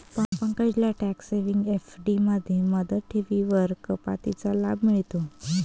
पंकजला tax saving FD मध्ये मुदत ठेवींवरील कपातीचा लाभ मिळतो